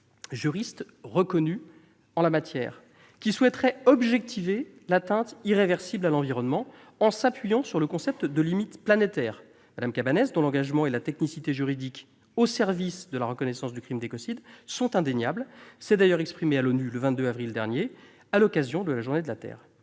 juriste reconnue en la matière, qui souhaiterait objectiver l'atteinte irréversible à l'environnement en s'appuyant sur le concept de limites planétaires. Mme Cabanes, dont l'engagement et la technicité juridique au service de la reconnaissance du crime d'écocide sont indéniables, s'est exprimée à l'ONU le 22 avril dernier à l'occasion de la journée de la Terre.